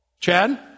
Chad